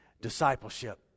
discipleship